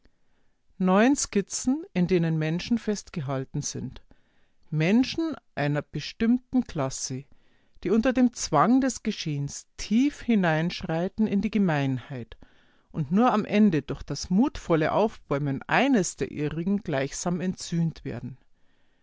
skizzen in denen menschen festgehalten sind menschen einer bestimmten klasse die unter dem zwang des geschehens tief hineinschreiten in die gemeinheit und nur am ende durch das mutvolle aufbäumen eines der ihrigen gleichsam entsühnt werden